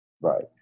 Right